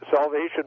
salvation